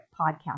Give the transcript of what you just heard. podcast